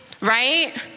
right